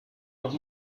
noch